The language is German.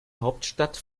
hauptstadt